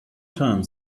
time